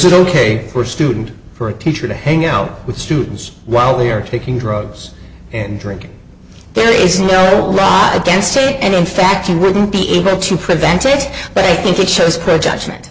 is ok for students for a teacher to hang out with students while they are taking drugs and drinking there is no law against it and in fact you wouldn't be able to prevent it but i think it shows crow judgment